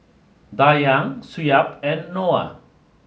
Dayang Shuib and Noah